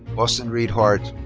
austin reed hart.